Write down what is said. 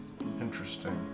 Interesting